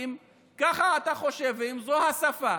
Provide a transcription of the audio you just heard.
כי אם כך אתה חושב ואם זו השפה